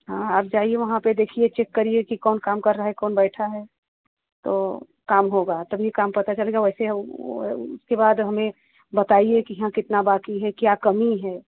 हाँ आप जाइए वहाँ पर देखिए चेक करिए कि कौन काम कर रहा है कौन बैठा है तो काम होगा तभी काम पता चलेगा वैसे उसके बाद हमें बताइए कि हाँ कितना बाकी है क्या कमी है